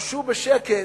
לחשו בשקט: